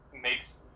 makes